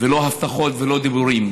ולא הבטחות ולא דיבורים.